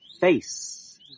face